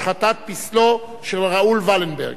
השחתת פסלו של ראול ולנברג.